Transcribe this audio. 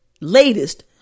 latest